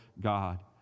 God